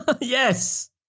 Yes